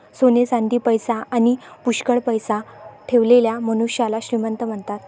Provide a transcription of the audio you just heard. सोने चांदी, पैसा आणी पुष्कळ पैसा ठेवलेल्या मनुष्याला श्रीमंत म्हणतात